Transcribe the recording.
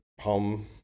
home